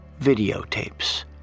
Videotapes